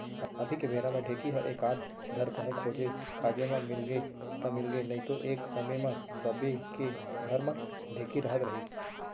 अभी के बेरा म ढेंकी हर एकाध धर कहूँ खोजे खाजे म मिलगे त मिलगे नइतो एक समे म सबे के घर म ढेंकी रहत रहिस